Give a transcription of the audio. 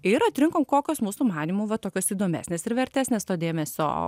ir atrinkom kokios mūsų manymu va tokios įdomesnės ir vertesnės to dėmesio